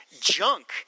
junk